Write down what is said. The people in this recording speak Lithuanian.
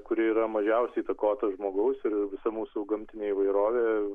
kuri yra mažiausiai įtakota žmogaus ir visa mūsų gamtinė įvairovė